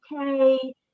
okay